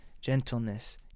gentleness